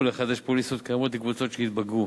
לחדש פוליסות קיימות לקבוצות שהתבגרו.